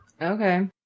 Okay